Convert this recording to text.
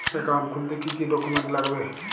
Account খুলতে কি কি ডকুমেন্ট লাগবে?